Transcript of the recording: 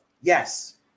Yes